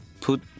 put